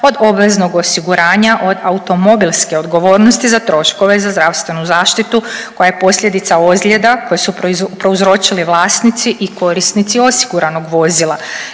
od obveznog osiguranja od automobilske odgovornosti za troškove za zdravstvenu zaštitu koja je posljedica ozljeda koje su prouzročili vlasnici i korisnici osiguranog vozila.